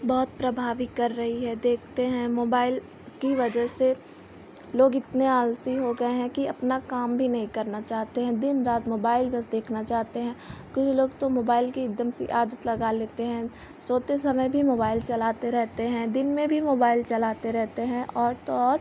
बहुत प्रभावी कर रही है देखते हैं मोबाइल की वजह से लोग इतने आलसी हो गए हैं कि अपना काम भी नहीं करना चाहते हैं दिन रात मोबाइल बस देखना चाहते हैं कुछ लोग तो मोबाइल की एक दम सी आदत लगा लेते हैं सोते समय भी मोबाइल चलाते रहते हैं दिन में भी मोबाइल चलाते रहते हैं और तो और